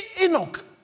Enoch